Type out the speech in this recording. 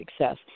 success